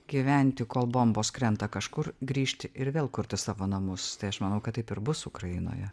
gyventi kol bombos krenta kažkur grįžti ir vėl kurti savo namus tai aš manau kad taip ir bus ukrainoje